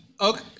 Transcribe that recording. okay